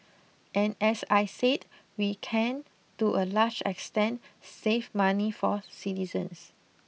and as I said we can to a large extent save money for citizens